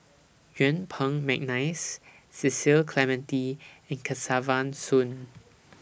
Yuen Peng Mcneice Cecil Clementi and Kesavan Soon